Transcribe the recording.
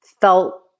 felt